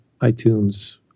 iTunes